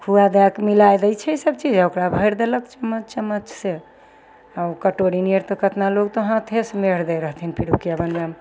खोआ दए कऽ मिलाय दै सभचीज आओर ओकरा भरि देलक चम्मच चम्मच से आओर उ कटोरी नियन तऽ कितना लोग तऽ हाथेसँ मेढ़ दै रहथिन पिड़ुकिया बनबयमे